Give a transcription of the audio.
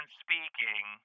speaking